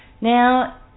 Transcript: now